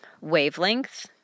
wavelength